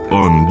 on